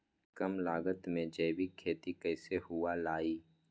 कम लागत में जैविक खेती कैसे हुआ लाई?